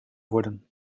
worden